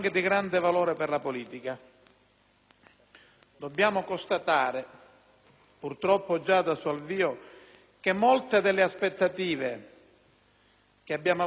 Dobbiamo constatare, purtroppo già dall'avvio di tale dibattito, che molte delle aspettative che abbiamo avuto sembrano essere disattese.